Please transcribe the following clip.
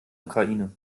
ukraine